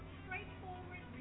straightforward